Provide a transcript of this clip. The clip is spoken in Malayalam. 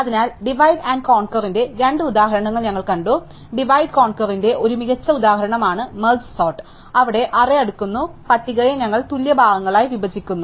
അതിനാൽ ഡിവൈഡ് ആൻഡ് കോൻക്യുർന്റെ രണ്ട് ഉദാഹരണങ്ങൾ ഞങ്ങൾ കണ്ടു ഡിവൈഡ് കോൻക്യുർന്റെ ഒരു മികച്ച ഉദാഹരണമാണ് മെർജ് സോർട് അവിടെ അറേ അടുക്കുന്ന പട്ടികയെ ഞങ്ങൾ തുല്യ ഭാഗങ്ങളായി വിഭജിക്കുന്നു